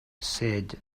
said